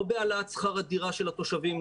לא בהעלאת שכר הדירה של התושבים,